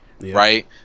right